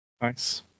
Nice